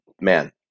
man